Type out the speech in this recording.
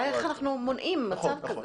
השאלה איך אנחנו מונעים מצב כזה.